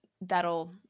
that'll